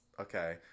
okay